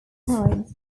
times